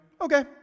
okay